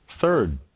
third